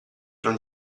non